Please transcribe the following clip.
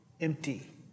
empty